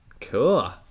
Cool